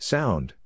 Sound